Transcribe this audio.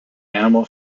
animal